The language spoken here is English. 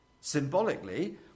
Symbolically